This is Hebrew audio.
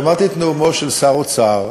שמעתי את נאומו של שר האוצר,